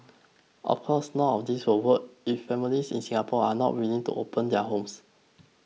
of course none of this will work if families in Singapore are not willing to open their homes